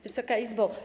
Wysoka Izbo!